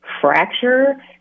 Fracture